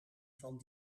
van